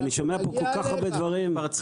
באמת, אני שומע פה כל כך הרבה דברים שרצים.